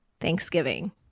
Thanksgiving